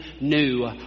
new